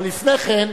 אבל לפני כן,